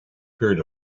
period